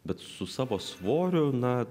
bet su savo svoriu na